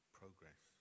progress